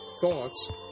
thoughts